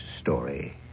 story